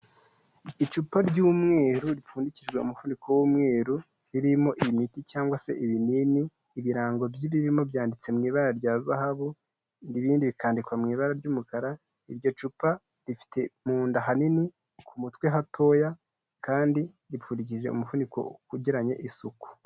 Icupa ry'umweru ripfundikijwe umufuniko w'umweru, ririmo imiti yangwa se ibinini, ibirango by'ibiririmo byanditsewe mu ibara rya zahabu, ibindi bikandikwa mu ibara ry'umukara, iryo cupa rifite munda hanini, ku mutwe hatoya kandi ripfukije umuvuniko ugiranye isuku.